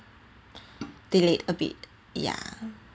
delayed a bit ya